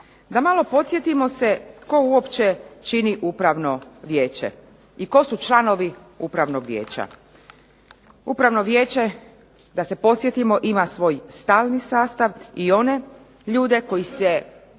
Da malo podsjetimo se tko uopće čini upravno vijeće, i tko su članovi upravnog vijeća. Upravno vijeće da se podsjetimo ima svoj stalni sastav i one ljude koji se